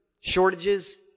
shortages